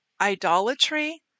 idolatry